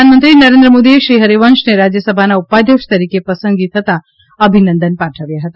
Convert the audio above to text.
પ્રધાનમંત્રી નરેન્દ્ધ મોદીએ શ્રી હરિવંશને રાજ્યસભાના ઉપાધ્યક્ષ તરીકે પસંદગી થતા અભિનંદન પાઠવ્યા હતા